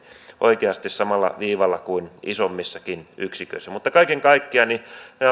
oikeasti samalla viivalla kuin isommissakin yksiköissä kaiken kaikkiaan